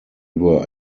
were